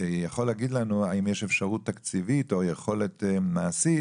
יכול להגיד לנו אם יש אפשרות תקציבית או יכולת מעשית,